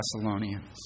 Thessalonians